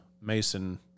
Mason